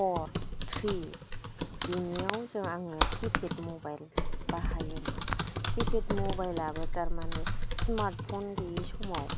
four three बेनियाव आङो keypad mobile बाहायोमोन किपेड मबाइलाबो थारमाने स्मार्टफ'न गैयै समाव